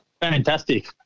Fantastic